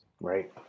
Right